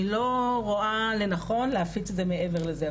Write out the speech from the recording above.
אני לא רואה לנכון להפיץ את זה מעבר לזה.